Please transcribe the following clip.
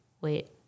Wait